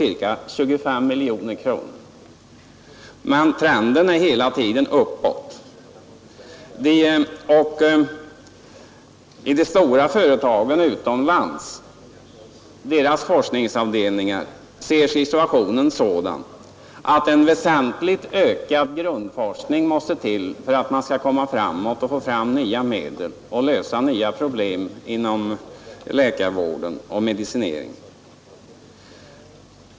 Situationen för forskningsavdelningarna i de stora Torsdagen den företagen utomlands är sådan att en väsentligt ökad grundforskning 29 mars 1973 måste till för att man skall få fram nya medel och lösa nya problem inom läkarvården och medicineringen.